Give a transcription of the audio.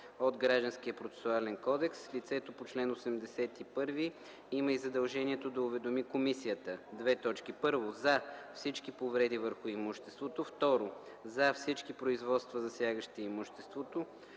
от Гражданския процесуален кодекс лицето по чл. 81 има и задължението да уведоми комисията: 1. за всички повреди върху имуществото; 2. за всички производства, засягащи имуществото;